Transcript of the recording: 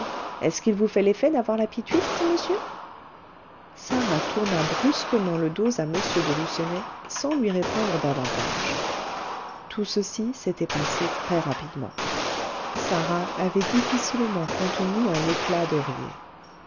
est-ce qu'il vous fait l'effet d'avoir la pituite ce monsieur sarah tourna brusquement le dos à m de lucenay sans lui répondre davantage tout ceci s'était passé très rapidement sarah avait difficilement contenu un éclat de rire